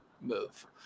move